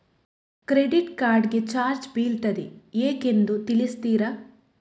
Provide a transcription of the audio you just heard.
Credit card ಗೆ charge ಬೀಳ್ತಿದೆ ಯಾಕೆಂದು ತಿಳಿಸುತ್ತೀರಾ?